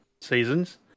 seasons